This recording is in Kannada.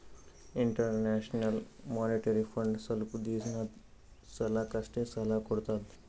ಇಂಟರ್ನ್ಯಾಷನಲ್ ಮೋನಿಟರಿ ಫಂಡ್ ಸ್ವಲ್ಪ್ ದಿನದ್ ಸಲಾಕ್ ಅಷ್ಟೇ ಸಾಲಾ ಕೊಡ್ತದ್